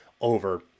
over